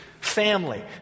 family